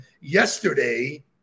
Yesterday